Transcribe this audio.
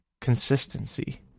Consistency